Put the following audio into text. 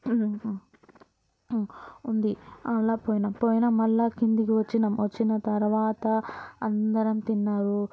ఉంది అలా పోయినాము పోయినాం మల్ల కిందికి వచ్చినం వచ్చిన తర్వాత అందరం తిన్నారు